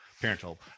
parental